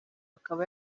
akaba